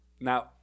Now